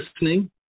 listening